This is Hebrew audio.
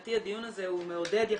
שמבחינתי הדיון הזה מעודד יחסית,